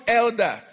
elder